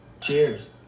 Cheers